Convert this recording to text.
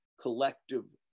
collective